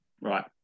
Right